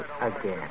again